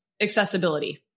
accessibility